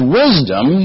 wisdom